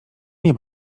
nie